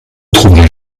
trouverez